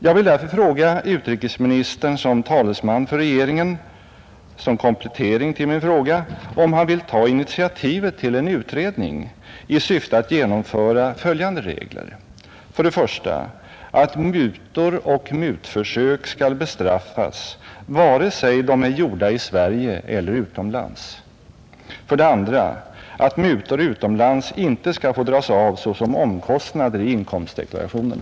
Jag vill därför fråga utrikesministern som talesman för regeringen om han vill ta initiativet till en utredning i syfte att genomföra följande regler: för det första att mutor och mutförsök skall bestraffas vare sig de är gjorda i Sverige eller utomlands; för det andra att mutor utomlands inte skall få dras av såsom omkostnader i inkomstdeklarationerna.